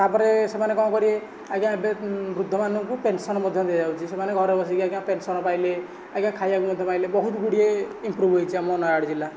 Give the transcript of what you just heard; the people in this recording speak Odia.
ତାପରେ ସେମାନେ କଣ କରିବେ ଆଜ୍ଞା ଏବେ ବୃଦ୍ଧ ମାନଙ୍କୁ ପେନସନ୍ ମଧ୍ୟ ଦିଆଯାଉଛି ସେମାନେ ଘରେ ବସିକି ଆଜ୍ଞା ପେନସନ୍ ପାଇଲେ ଆଜ୍ଞା ଖାଇବାକୁ ମଧ୍ୟ ପାଇଲେ ବହୁତ ଗୁଡ଼ିଏ ଇଂପ୍ରୁଭ ହୋଇଛି ଆମ ନୟାଗଡ଼ ଜିଲ୍ଲା